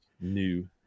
New